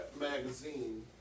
magazine